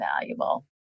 valuable